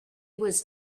was